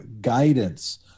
guidance